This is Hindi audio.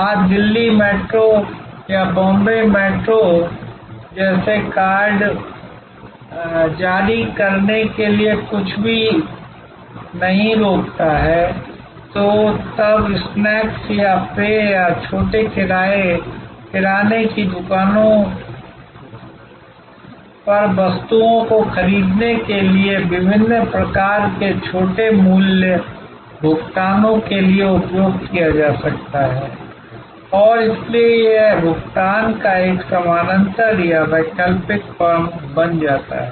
आज दिल्ली मेट्रो या बॉम्बे मेट्रो ऐसे कार्ड जारी करने के लिए कुछ भी नहीं रोकता है जो तब स्नैक्स या पेय या छोटे किराने की वस्तुओं को खरीदने के लिए विभिन्न प्रकार के छोटे मूल्य भुगतानों के लिए उपयोग किया जा सकता है और इसलिए यह भुगतान का एक समानांतर या वैकल्पिक फर्म बन जाता है